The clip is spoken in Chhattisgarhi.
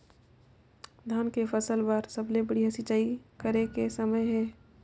धान के फसल बार सबले बढ़िया सिंचाई करे के समय हे?